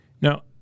Now